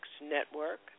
Network